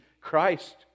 Christ